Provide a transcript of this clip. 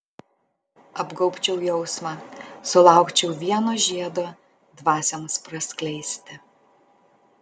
apgaubčiau jausmą sulaukčiau vieno žiedo dvasioms praskleisti